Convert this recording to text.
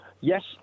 Yes